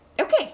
Okay